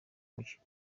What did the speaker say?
mukino